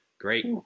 Great